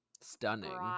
Stunning